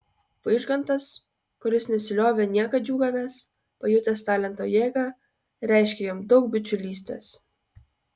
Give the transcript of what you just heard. vaižgantas kuris nesiliovė niekad džiūgavęs pajutęs talento jėgą reiškė jam daug bičiulystės